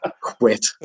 quit